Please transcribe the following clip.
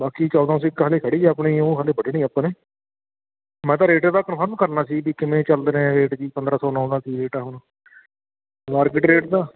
ਬਾਕੀ ਚੌਦ੍ਹਾਂ ਸੌ ਇੱਕ ਹਲੇ ਖੜ੍ਹੀ ਆ ਆਪਣੀ ਉਹ ਹਲੇ ਵੱਢਣੀ ਆ ਆਪਾਂ ਨੇ ਮੈਂ ਤਾਂ ਰੇਟ ਇਹਦਾ ਕੰਨਫਰਮ ਕਰਨਾ ਸੀ ਵੀ ਕਿਵੇਂ ਚਲਦੇ ਨੇ ਰੇਟ ਜੀ ਪੰਦਰ੍ਹਾਂ ਸੌ ਨੌ ਦਾ ਕੀ ਰੇਟ ਆ ਹੁਣ ਮਾਰਕੀਟ ਰੇਟ ਦਾ